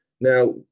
Now